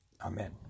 Amen